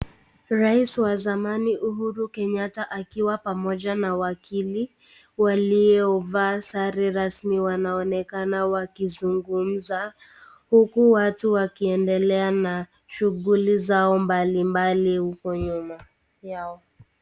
Rais wa zamani Uhuru Kenyatta akiwa pamoja na wakili waliovaa sare rasmi wanaonekana wakizungumza huku watu wakiendelea na shughuli zao mbali mbali huko nyuma yao.